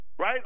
Right